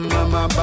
Mama